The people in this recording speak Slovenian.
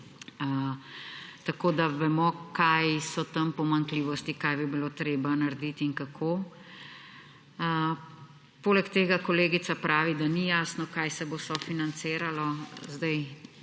tako da vemo, kaj so tam pomanjkljivosti, kaj bi bilo treba narediti in kako. Poleg tega kolegica pravi, da ni jasno, kaj se bo sofinanciralo.